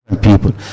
people